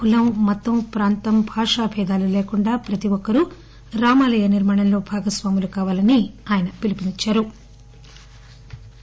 కులం మతం ప్రాంతం భాషా టేధాలు లేకుండా ప్రతి ఒక్కరూ మందిర నిర్మాణంలో భాగస్వాములు కావాలని ఆయన పిలుపునిచ్చారు